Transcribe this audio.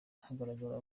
hakagaragara